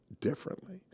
differently